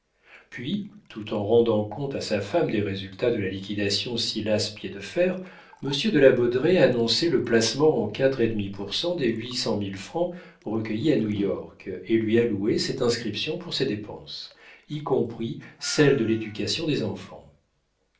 puis tout en rendant compte à sa femme des résultats de la liquidation silas piédefer monsieur de la baudraye annonçait le placement en quatre et demi pour cent des huit cent mille francs recueillis à new-york et lui allouait cette inscription pour ses dépenses y compris celles de l'éducation des enfants